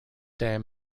dam